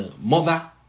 mother